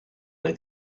dai